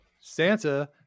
Santa